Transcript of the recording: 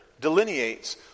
delineates